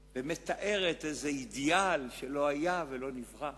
ומתארת איזה אידיאל שלא היה ולא נברא.